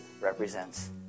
represents